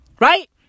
Right